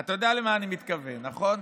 אתה יודע למה אני מתכוון, נכון?